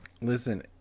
Listen